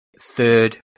third